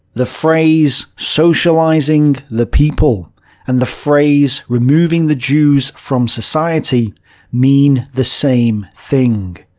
the phrase socializing the people and the phrase removing the jews from society mean the same thing.